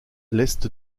l’est